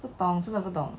不懂真的不懂